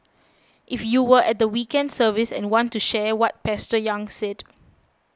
if you were at the weekend service and want to share what Pastor Yang said